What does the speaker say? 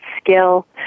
skill